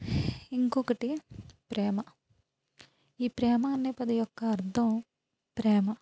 ఇంకొకటి ప్రేమ ఈ ప్రేమ అనే పద యొక్క అర్థం ప్రేమ